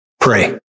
Pray